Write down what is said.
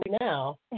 Now